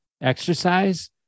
exercise